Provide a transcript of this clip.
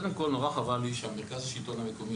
קודם כל נורא חבל לי שהמרכז לשלטון המקומי